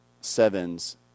sevens